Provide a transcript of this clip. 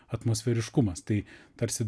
atmosferiškumas tai tarsi